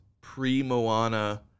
pre-Moana